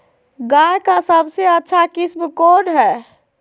गाय का सबसे अच्छा किस्म कौन हैं?